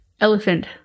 elephant